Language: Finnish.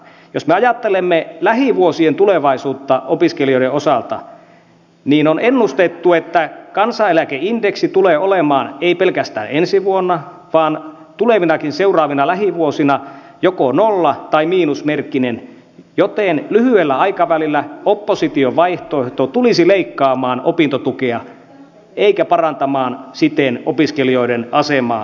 jos me ajattelemme lähivuosien tulevaisuutta opiskelijoiden osalta niin on ennustettu että kansaneläkeindeksi tulee olemaan ei pelkästään ensi vuonna vaan tulevinakin seuraavina lähivuosina joko nolla tai miinusmerkkinen joten lyhyellä aikavälillä opposition vaihtoehto tulisi leikkaamaan opintotukea eikä parantamaan siten opiskelijoiden asemaa tältä osin